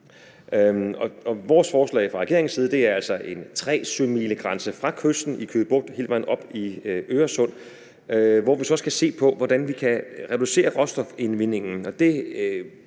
Vores forslag fra regeringens side er altså en 3-sømilegrænse fra kysten i Køge Bugt hele vejen op i Øresund, hvor vi så skal se på, hvordan vi kan reducere råstofindvindingen,